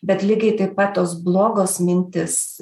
bet lygiai taip pat tos blogos mintys